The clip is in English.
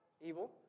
evil